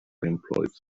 employed